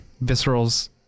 Visceral's